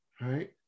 right